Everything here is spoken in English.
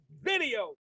video